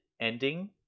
ending